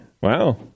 wow